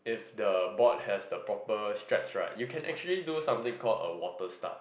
the board has the proper straps right you can actually do something called a water start